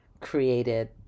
created